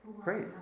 great